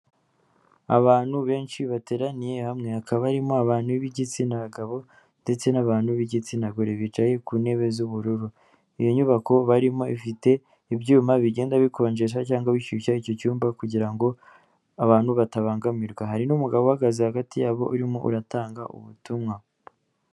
Abantu benshi bateraniye hamwe hakaba harimo abantu b'igitsina gabo ndetse n'abantu b'igitsina gore bicaye ku ntebe z'ubururu, iyo nyubako barimo ifite ibyuma bigenda bikonjesha cyangwa bishyushya icyo cyumba kugira ngo abantu batabangamirwa, hari n'umugabo uhagaze hagati yabo urimo uratanga ubutumwa.